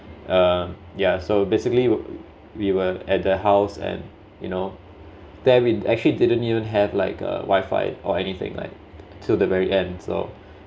uh ya so basically we were at the house and you know there we actually didn't even have like a wifi or anything like till the very end so